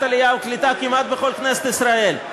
העלייה והקליטה כמעט בכל כנסת בישראל.